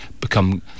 become